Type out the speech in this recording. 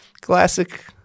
classic